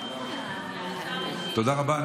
תודה רבה.